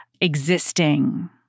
Existing